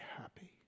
happy